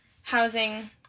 housing